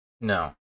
No